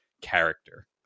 character